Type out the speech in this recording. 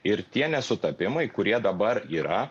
ir tie nesutapimai kurie dabar yra